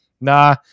Nah